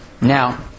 Now